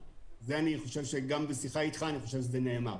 אבל גם בשיחה איתך אני חושב שזה נאמר.